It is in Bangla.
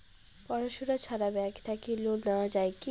পড়াশুনা ছাড়া ব্যাংক থাকি লোন নেওয়া যায় কি?